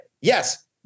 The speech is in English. yes